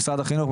משרד החינוך,